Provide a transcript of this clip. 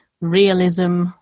realism